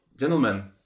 gentlemen